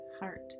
heart